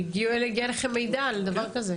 שהגיע אליכם מידע על דבר כזה.